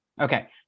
Okay